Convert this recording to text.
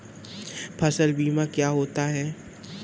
फसल बीमा क्या होता है?